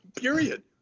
period